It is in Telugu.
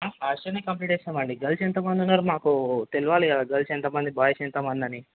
ఫాస్ట్ గానే కంప్లీట్ చేస్తామండి గల్స్ ఎంతమంది ఉన్నారు మాకు తెలియాలి కదా గల్స్ ఎంతమంది బాయ్స్ ఎంతమందని